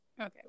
Okay